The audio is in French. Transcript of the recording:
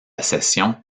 cession